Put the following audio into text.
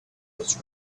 was